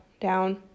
down